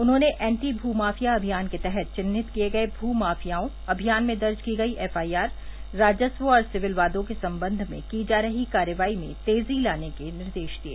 उन्होंने एंटी भू माफिया अभियान के तहत चिन्हित किये गये भू माफियाओं अभियान में दर्ज की गई एफआईआर राजस्व और सिविल वादों के संबंध में की जा रही कार्रवाई में तेजी लाने के निर्देश दिये